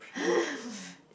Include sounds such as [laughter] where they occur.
[laughs]